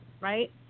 right